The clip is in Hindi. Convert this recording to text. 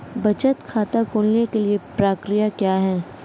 बचत खाता खोलने की प्रक्रिया क्या है?